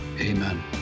Amen